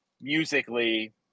musically